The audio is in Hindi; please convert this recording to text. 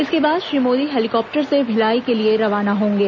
इसके बाद श्री मोदी हैलीकॉप्टर से भिलाई के रवाना होंगे